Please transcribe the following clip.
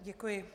Děkuji.